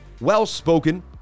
well-spoken